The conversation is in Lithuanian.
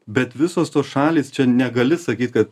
bet visos tos šalys čia negali sakyt kad